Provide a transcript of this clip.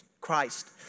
Christ